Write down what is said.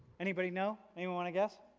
anybody know? anyone want to guess?